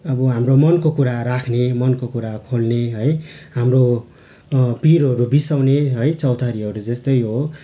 अब हाम्रो मनको कुरा राख्ने मनको कुरा खोल्ने है हाम्रो पिरहरू बिसाउने है चौतारीहरू जस्तै हो